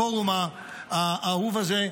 הפורום האהוב הזה,